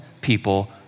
people